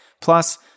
plus